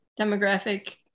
demographic